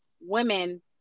women